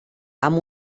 amb